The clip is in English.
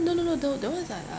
no no no the that one is like uh